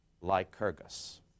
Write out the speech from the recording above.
Lycurgus